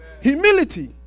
Humility